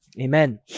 amen